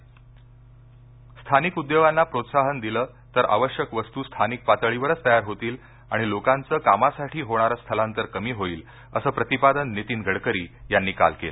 गडकरी स्थानिक उद्योगांना प्रोत्साहन दिल तर आवश्यक वस्तू स्थानिक पातळीवरच तयार होतील आणि लोकांचं कामासाठी होणारं स्थलांतर कमी होईल असं प्रतिपादन नितीन गडकरी यांनी काल केलं